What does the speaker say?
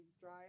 dry